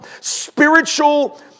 spiritual